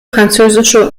französische